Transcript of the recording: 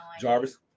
Jarvis